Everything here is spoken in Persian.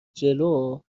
جلو